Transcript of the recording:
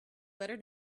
letter